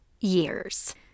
years